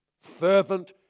Fervent